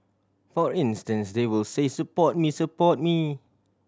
for instance they will say support me support me